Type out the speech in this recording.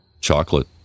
chocolate